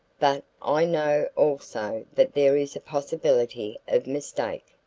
but i know also that there is a possibility of mistake.